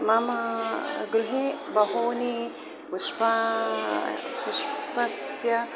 मम गृहे बहूनि पुष्पाणि पुष्पस्य